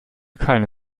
keine